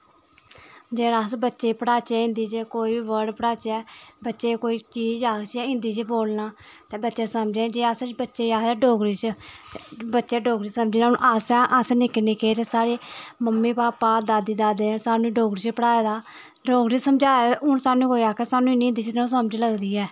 जे अस बच्चे गी पढ़ाचै हिन्दी च केई बी बर्ड़ पढ़ाचै बच्चे गी कोई चींज़ आखचै हिन्दी च बोलना ते बच्चे समझदे जे अस बच्चे गी आखचै डोगरी च बच्चै जोगरी लमझना अस निक्के निक्के हे तां साढ़े मम्मी पापा दादा दाददी साह्नू डोगरी चैं पढ़ाए दा जोगरी समझाए दा हून स्हानू कोई आक्खै हिन्दी च नी इन्नी समझ आंदी ऐ